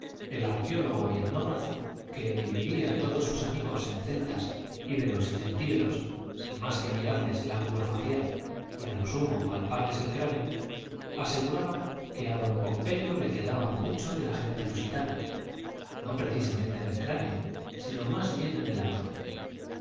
el arqueólogo y etnógrafo que dividía a todos sus amigos en celtas íberos y celtíberos sin más que mirarles el ángulo facial y a lo sumo palparles el cráneo aseguraba que a don pompeyo le quedaba mucho de la gente lusitana no precisamente en el cráneo sino más bien en el abdomen